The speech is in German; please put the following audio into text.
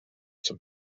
zum